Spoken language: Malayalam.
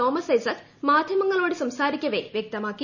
തോമസ് ഐസക് മാധ്യമങ്ങളോട് സംസാരിക്കവെ വ്യക്തമാക്കി